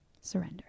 Surrender